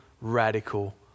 radical